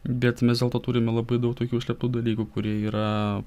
bet mes dėlto turime labai daug tokių užslėptų dalykų kurie yra